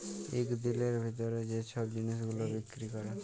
ইক দিলের ভিতরে যে ছব জিলিস গুলা বিক্কিরি ক্যরে